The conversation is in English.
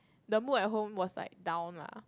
the mood at home was like down lah